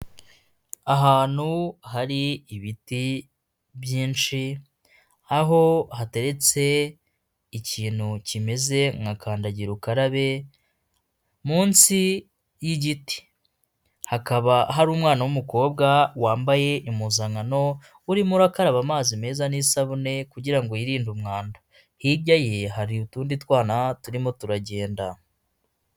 Ahantu hari ibiti byinshi aho hateretse ikintu kimeze nka kandagira ukarabe, munsi y'igiti hakaba hari umwana w'umukobwa wambaye impuzankano urimo urakaraba amazi meza n'isabune kugirango yirinde umwanda, hirya ye hari utundi twana turimo turagenda.